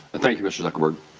but thank you, mr. zuckerberg.